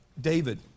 David